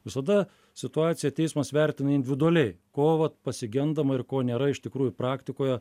visada situaciją teismas vertina individualiai ko va pasigendama ir ko nėra iš tikrųjų praktikoje